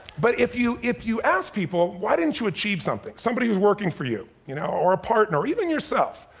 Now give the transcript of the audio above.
but if you if you ask people why didn't you achieve something? somebody who's working for you, you know or a partner, or even yourself,